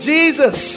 Jesus